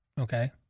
okay